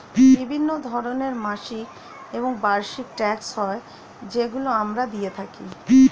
বিভিন্ন ধরনের মাসিক এবং বার্ষিক ট্যাক্স হয় যেগুলো আমরা দিয়ে থাকি